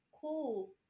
cool